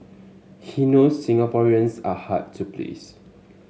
he knows Singaporeans are hard to please